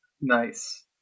Nice